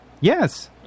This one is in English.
Yes